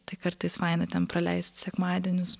tai kartais faina ten praleist sekmadienius